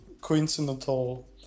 coincidental